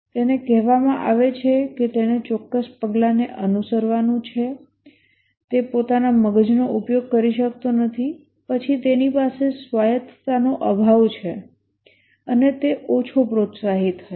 તેને કહેવામાં આવે છે કે તેણે ચોક્કસ પગલાંને અનુસરવાનું છે તે પોતાના મગજનો ઉપયોગ કરી શકતો નથી પછી તેની પાસે સ્વાયતતાનો અભાવ છે અને તે ઓછો પ્રોત્સાહિત થશે